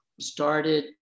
started